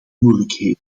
moeilijkheden